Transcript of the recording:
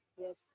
Yes